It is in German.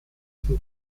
zum